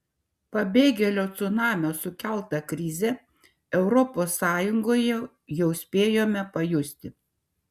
pabėgėlių cunamio sukeltą krizę europos sąjungoje jau spėjome pajusti